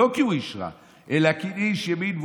לא כי הוא איש רע אלא כאיש ימין,